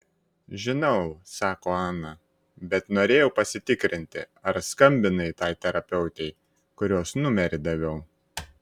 žinau sako ana bet norėjau pasitikrinti ar skambinai tai terapeutei kurios numerį daviau